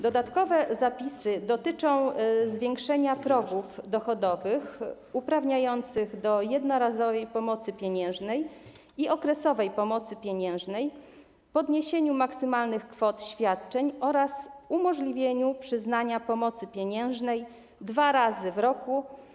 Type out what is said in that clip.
Dodatkowe zapisy dotyczą zwiększenia progów dochodowych uprawniających do jednorazowej pomocy pieniężnej i okresowej pomocy pieniężnej, podniesienia maksymalnych kwot świadczeń oraz umożliwienia przyznania pomocy pieniężnej dwa razy w roku.